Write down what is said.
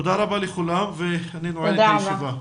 תודה רבה לכולם, אני נועל את הישיבה.